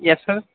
yes sir